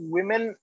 Women